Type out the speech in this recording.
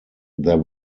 there